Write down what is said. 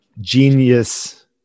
genius